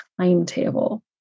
timetable